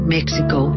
Mexico